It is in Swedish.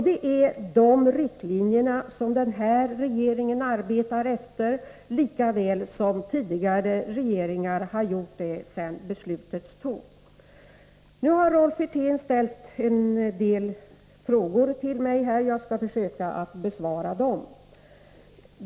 Det är de riktlinjer som den här regeringen arbetar efter, liksom tidigare regeringar har gjort sedan beslutet fattades. Rolf Wirtén har ställt en del frågor till mig. Jag skall försöka att besvara dem.